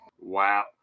wow